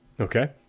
Okay